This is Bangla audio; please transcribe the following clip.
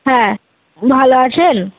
হ্যাঁ ভালো আছেন